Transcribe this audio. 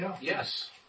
Yes